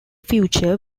future